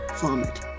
vomit